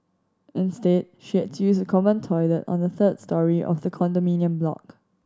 instead she had to use a common toilet on the third storey of the condominium block